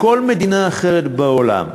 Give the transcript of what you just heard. בכל מדינה אחרת בעולם,